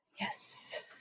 Yes